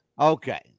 Okay